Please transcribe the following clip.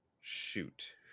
shoot